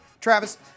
Travis